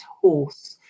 horse